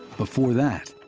before that,